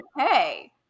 okay